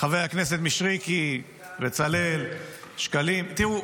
חבר הכנסת מישרקי, בצלאל, שקלים, תראו,